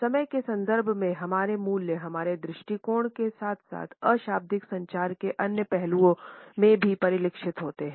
समय के संदर्भ में हमारे मूल्य हमारे दृष्टिकोण के साथ साथ अशाब्दिक संचार के अन्य पहलुओं में भी परिलक्षित होते हैं